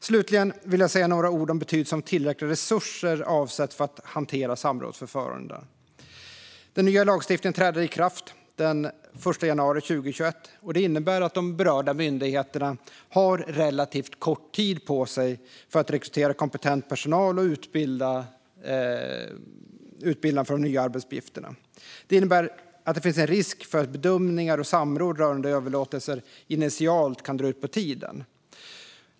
Slutligen vill jag säga några ord om betydelsen av att tillräckliga resurser avsätts för att hantera samrådsförfarandena. Den nya lagstiftningen träder i kraft den 1 januari 2021. Det innebär att de berörda myndigheterna har relativt kort tid på sig för att rekrytera kompetent personal och utbilda den i de nya arbetsuppgifterna. Det innebär en risk för att bedömningar och samråd rörande överlåtelser initialt kan dra ut på tiden.